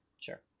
Sure